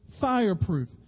fireproof